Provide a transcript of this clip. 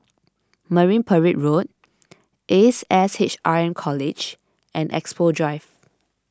Marine Parade Road Ace S H R M College and Expo Drive